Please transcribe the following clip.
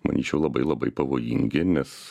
manyčiau labai labai pavojingi nes